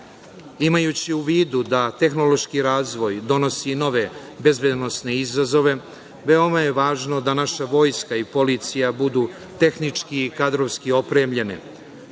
u vidu da tehnološki razvoj donosi nove bezbednosne izazove, veoma je važno da naša Vojska i policija budu tehnički i kadrovski opremljene,